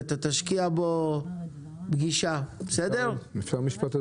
בבקשה חבר הכנסת מקלב.